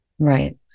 Right